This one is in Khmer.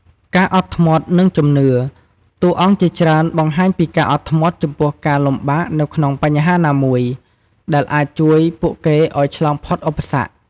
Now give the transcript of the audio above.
ការអត់ធ្មត់ និងជំនឿ តួអង្គជាច្រើនបង្ហាញពីការអត់ធ្មត់ចំពោះការលំបាកនៅក្នុងបញ្ហាណាមួយ ដែលអាចជួយពួកគេឱ្យឆ្លងផុតឧបសគ្គ ។